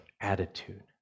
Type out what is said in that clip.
attitude